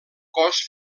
cos